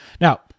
Now